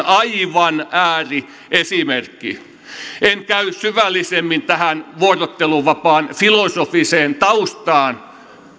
aivan ääriesimerkki en käy syvällisemmin tähän vuorotteluvapaan filosofiseen taustaan